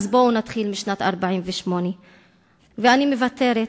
אז בואו נתחיל משנת 1948. אני מוותרת,